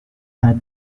pas